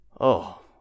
Oh